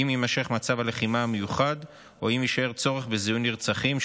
אם יימשך מצב הלחימה המיוחד או אם יישאר צורך בזיהוי נרצחים,